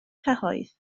cyhoedd